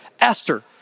Esther